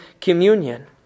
communion